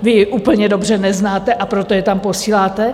Vy ji úplně dobře neznáte, a proto je tam posíláte?